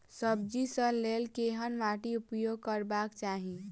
सब्जी कऽ लेल केहन माटि उपयोग करबाक चाहि?